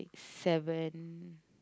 seven